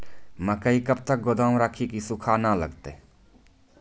मकई कब तक गोदाम राखि की सूड़ा न लगता?